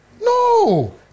no